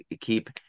keep